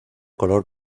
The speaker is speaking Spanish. color